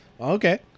Okay